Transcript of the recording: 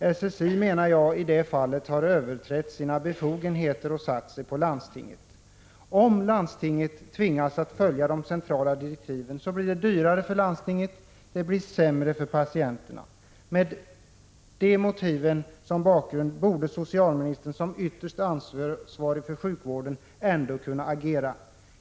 Jag menar att SSI i detta fall har överträtt sina befogenheter och satt sig på landstinget. Om landstinget tvingas följa de centrala direktiven, blir det dyrare för landstinget och sämre för patienterna. Mot denna bakgrund borde socialministern, som ytterst ansvarig för sjukvården, ändå kunna agera.